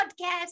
podcast